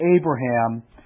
Abraham